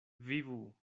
vivu